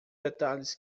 detalhes